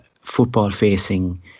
football-facing